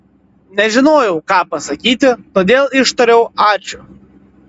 nežinojau ką pasakyti todėl ištariau ačiū